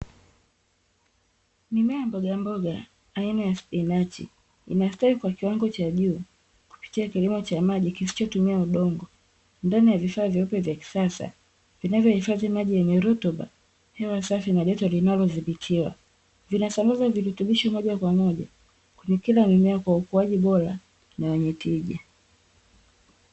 Mimea ya mbogamboga aina ya spinachi, inastawi kwa kiwango cha juu kupitia kilimo cha maji kisichotumia udongo, ndani ya vifaa vyeupe vya kisasa, vinavyohifadhi maji yenye rutuba, hewa safi na joto linalodhibitiwa, vinasambaza virutubisho moja kwa moja kwenye kila mimea kwa ukuaji bora na wenye tija.